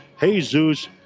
Jesus